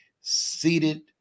seated